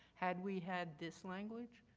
had we had this language,